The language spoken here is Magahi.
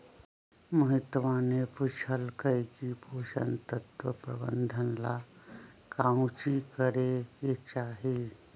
मोहितवा ने पूछल कई की पोषण तत्व प्रबंधन ला काउची करे के चाहि?